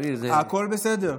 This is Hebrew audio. הכול בסדר.